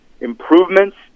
improvements